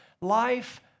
life